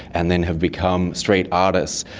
and then have become street artists.